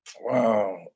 Wow